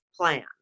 plan